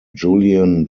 julian